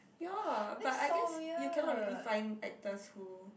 ya but I guess you cannot really find actors who